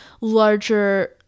larger